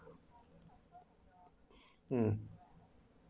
um